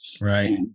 Right